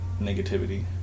negativity